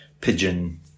pigeon